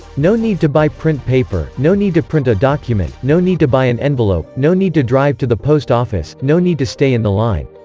no need to buy print paper, no need to print a document, no need to buy an envelope, no need to drive to the post office, no need to stay in the line.